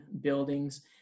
buildings